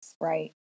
right